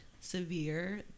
severe